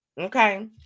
okay